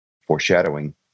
foreshadowing